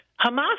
Hamas